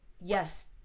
yes